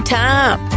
time